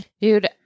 Dude